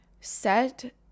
Set